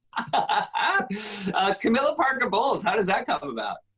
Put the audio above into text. ah camilla parker bowles. how does that come about?